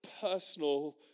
personal